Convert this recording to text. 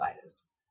virus